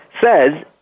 says